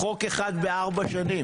חוק אחד בארבע שנים.